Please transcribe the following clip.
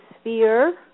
sphere